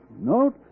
Note